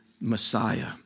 Messiah